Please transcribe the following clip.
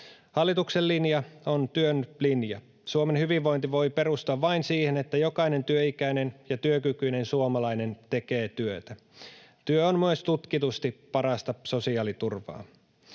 Hallituksen linja on työn linja. Suomen hyvinvointi voi perustua vain siihen, että jokainen työikäinen ja työkykyinen suomalainen tekee työtä. Työ on myös tutkitusti parasta sosiaaliturvaa.